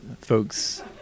folks